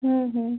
হুম হুম